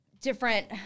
different